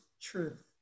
truth